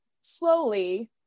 slowly